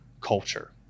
culture